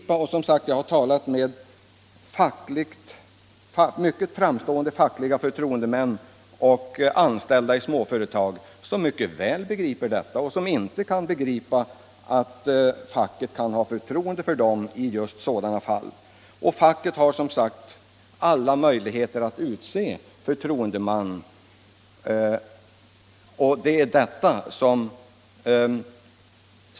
Jag har, som jag tidigare sagt, talat med mycket framstående fackliga förtroendemän och anställda i småföretag, som mycket väl begriper detta och som inte kan förstå att facket inte kan ha förtroende för dem i sådana fall. Facket har som sagt alla möjligheter att utse förtroendeman.